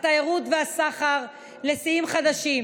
התיירות והסחר לשיאים חדשים.